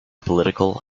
political